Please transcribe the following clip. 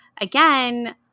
Again